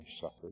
suffered